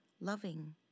loving